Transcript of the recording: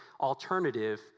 alternative